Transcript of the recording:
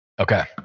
Okay